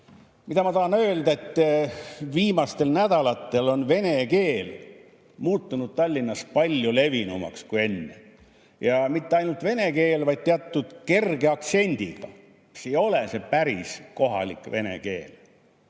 Mida ma tahan öelda: viimastel nädalatel on vene keel muutunud Tallinnas palju levinumaks kui enne. Ja mitte ainult [tavaline] vene keel, vaid teatud kerge aktsendiga, mis ei ole see päris kohalike vene keel.